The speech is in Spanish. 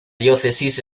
diócesis